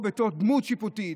בתור דמות שיפוטית,